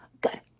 good